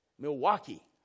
Milwaukee